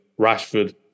Rashford